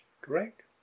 correct